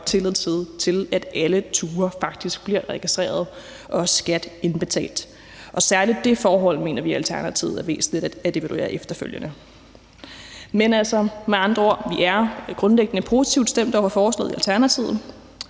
stor tillid til, at alle ture faktisk bliver registreret og skat indbetalt, og særlig det forhold mener vi i Alternativet er væsentligt at evaluere efterfølgende. Men vi er med andre ord grundlæggende positivt stemt over for forslaget i Alternativet.